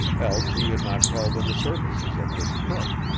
else he had not called in the services of this crook.